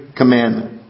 commandment